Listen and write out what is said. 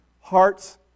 hearts